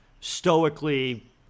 stoically